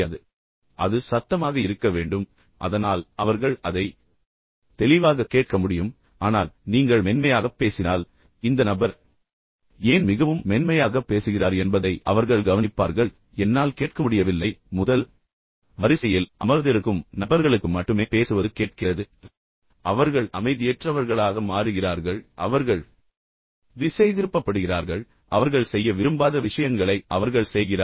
ஆனால் நான் கூறுவது என்னவென்றால் அது சத்தமாக இருக்க வேண்டும் அதனால் அவர்கள் அதை தெளிவாகக் கேட்க முடியும் ஆனால் நீங்கள் மென்மையாகப் பேசினால் இந்த நபர் ஏன் மிகவும் மென்மையாகப் பேசுகிறார் என்பதை அவர்கள் கவனிப்பார்கள் என்னால் கேட்கமுடியவில்லை முதல் வரிசையில் அமர்ந்திருக்கும் நபர்களுக்கு மட்டுமே பேசுவது கேட்கிறது பின்னர் அவர்கள் அமைதியற்றவர்களாக மாறுகிறார்கள் பின்னர் அவர்கள் திசைதிருப்பப்படுகிறார்கள் அவர்கள் செய்ய விரும்பாத விஷயங்களை அவர்கள் செய்கிறார்கள்